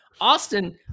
Austin